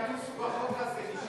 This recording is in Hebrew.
הם יטוסו לפי החוק הזה, מי